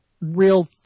real